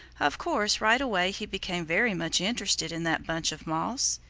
of course, right away he became very much interested in that bunch of moss.